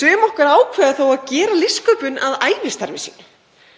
Sum okkar ákveða þó að gera listsköpun að ævistarfi sínu